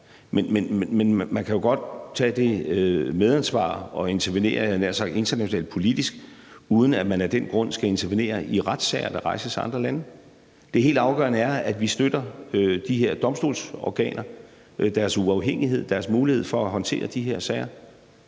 Men man kan jo godt tage det medansvar og politisk intervenere internationalt, uden at man af den grund skal intervenere i retssager, der rejses af andre lande. Det helt afgørende er, at vi støtter de her domstolsorganer, deres uafhængighed og deres mulighed for at håndtere de her sager.